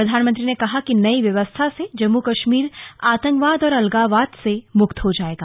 प्रधानमंत्री ने कहा कि नई व्यवस्था से जम्मू कश्मीर आतंकवाद और अलगावाद से मुक्त हो जाएगा